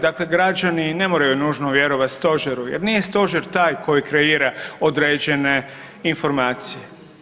Dakle, građani ne moraju nužno vjerovati stožeru jer nije stožer taj koji kreira određene informacije.